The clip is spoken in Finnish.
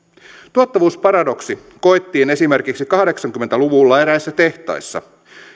tuottavuusparadoksi koettiin esimerkiksi kahdeksankymmentä luvulla eräissä tehtaissa